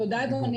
תודה אדוני.